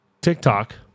TikTok